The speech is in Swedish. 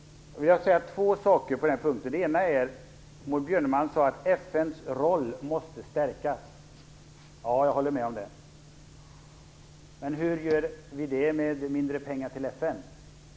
Jag vill säga två saker på den punkten. För det första sade Maud Björnemalm att FN:s roll måste stärkas. Jag håller med om det. Men hur gör vi det med mindre pengar till FN?